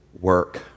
work